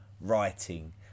writing